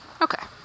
Okay